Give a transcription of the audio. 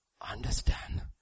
understand